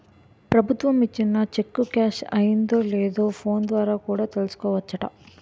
ప్రభుత్వం ఇచ్చిన cheque cash అయిందో లేదో ఫోన్ ద్వారా కూడా చూసుకోవచ్చట